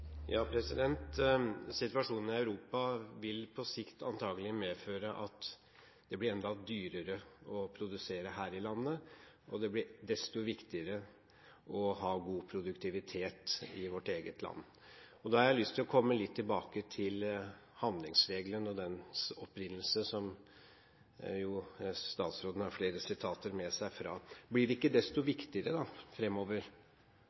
Situasjonen i Europa vil på sikt antakelig medføre at det blir enda dyrere å produsere her i landet, og det blir desto viktigere å ha god produktivitet i vårt eget land. Jeg har lyst til å komme tilbake til handlingsregelen og dens opprinnelse, ved innstillingen, som statsråden har med flere sitater fra. Blir det ikke da desto